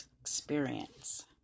experience